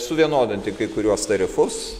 suvienodinti kai kuriuos tarifus